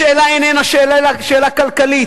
השאלה איננה שאלה כלכלית.